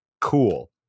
cool